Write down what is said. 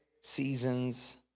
seasons